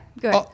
good